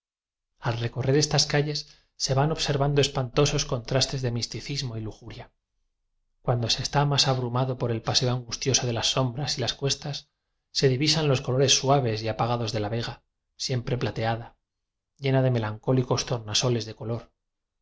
al recorrer estas calles se van observan do espantosos contrastes de misticismo y lujuria cuando se está más abrumado por el paseo angustioso de las sombras y as cuestas se divisan los colores suaves y apagados de la vega siempre plateada llena de melancólicos tornasoles de color